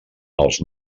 els